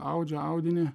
audžia audinį